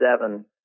seven